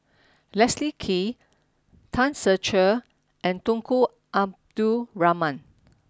Leslie Kee Tan Ser Cher and Tunku Abdul Rahman